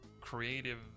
creative